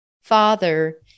Father